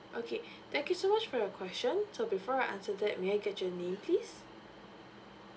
okay thank you so much for your question so before I answer that may I get your name please